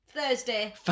Thursday